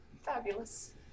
Fabulous